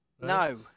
no